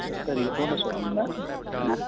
hello sir ಇದು Honda show ರೂಮಿಂದ ನಾ